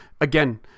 again